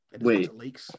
Wait